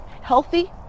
healthy